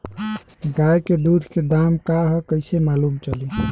गाय के दूध के दाम का ह कइसे मालूम चली?